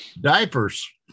diapers